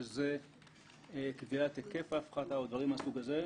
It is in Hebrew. שזה קביעת היקף ההפחתה או דברים מהסוג הזה,